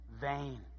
vain